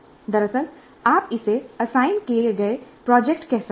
दरअसल आप इसे असाइन किए गए प्रोजेक्ट कह सकते हैं